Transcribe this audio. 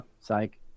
psych